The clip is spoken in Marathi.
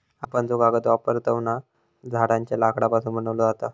आपण जो कागद वापरतव ना, झाडांच्या लाकडापासून बनवलो जाता